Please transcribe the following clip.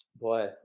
Boy